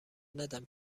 ندم